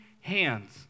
hands